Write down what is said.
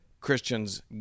Christians